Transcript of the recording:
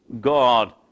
God